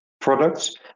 products